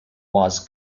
was